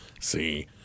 See